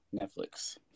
Netflix